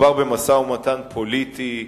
מדובר במשא-ומתן פוליטי,